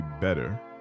better